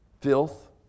Filth